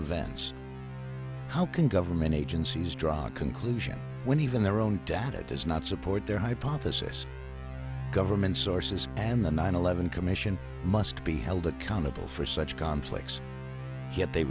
events how can government agencies draw a conclusion when even their own data does not support their hypothesis government sources and the nine eleven commission must be held accountable for such conflicts yet they